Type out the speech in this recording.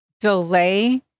delay